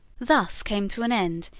thus came to an end,